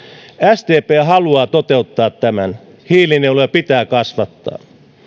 sdp haluaa toteuttaa tämän hiilinieluja pitää kasvattaa